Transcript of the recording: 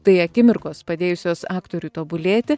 tai akimirkos padėjusios aktoriui tobulėti